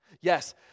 Yes